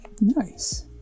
nice